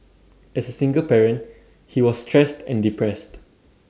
as A single parent he was stressed and depressed